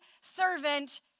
servant